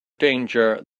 danger